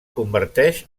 converteix